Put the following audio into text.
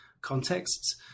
contexts